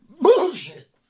bullshit